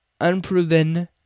unproven